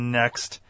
next